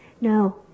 No